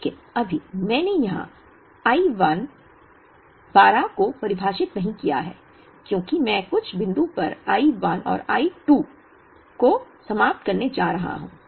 लेकिन अभी मैंने यहां I 1 I 2 को परिभाषित नहीं किया है क्योंकि मैं कुछ बिंदु पर I 1 और I 2 को समाप्त करने जा रहा हूं